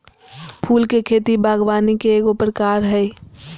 फूल के खेती बागवानी के एगो प्रकार हइ